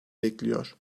bekliyor